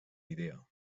idea